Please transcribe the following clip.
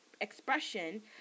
expression